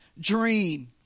dream